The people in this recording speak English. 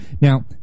Now